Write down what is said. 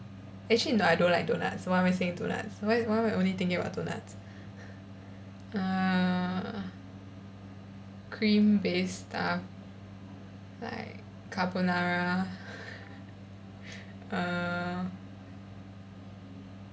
actually no I don't like doughnuts why am I saying doughnuts why why am I only thinking about doughnuts uh cream based stuff like carbonara err